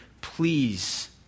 please